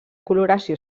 coloració